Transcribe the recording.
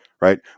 right